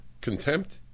Contempt